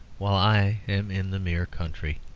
while i am in the mere country.